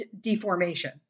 deformation